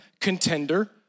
contender